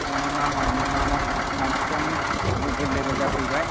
बेनिखायनो मा मावनो मा मावा मानसिफ्रानो एभैलएबोल जाफैबाय